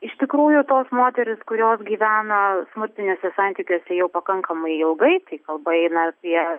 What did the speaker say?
iš tikrųjų tos moterys kurios gyvena smurtiniuose santykiuose jau pakankamai ilgai tai kalba eina apie